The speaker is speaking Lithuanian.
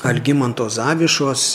algimanto zavišos